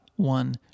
One